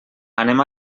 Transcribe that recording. anem